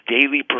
daily